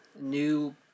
new